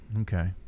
Okay